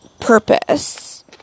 purpose